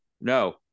no